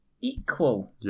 equal